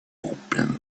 open